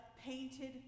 painted